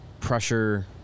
pressure